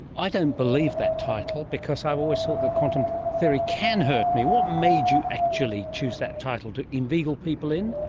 i don't believe that title because i've always thought that quantum theory can hurt me. what made you actually choose that title? to inveigle people in?